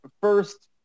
first